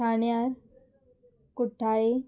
ठाण्यार कुठ्ठाळे